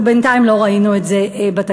אנחנו בינתיים לא ראינו את זה בתקציב.